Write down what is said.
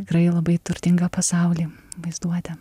tikrai labai turtingą pasaulį vaizduotę